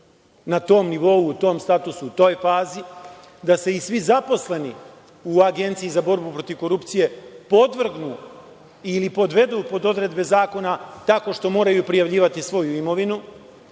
na tom nivou, u tom statusu, u toj fazi, da se i svi zaposleni u Agenciji za borbu protiv korupcije podvrgnu ili podvedu pod odredbe zakona tako što moraju prijavljivati svoju imovinu.